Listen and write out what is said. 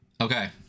Okay